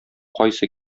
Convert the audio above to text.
кайсы